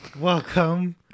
welcome